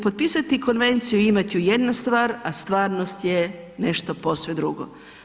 Potpisati konvenciju i imat ju jedna stvar, a stvarnost je nešto posve drugo.